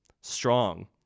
strong